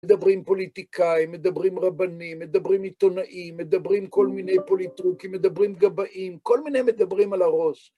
מדברים פוליטיקאים, מדברים רבנים, מדברים עיתונאים, מדברים כל מיני פוליטו.. מדברים גבאים, כל מיני מדברים על הראש.